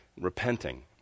repenting